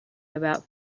about